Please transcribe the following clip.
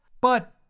But